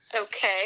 Okay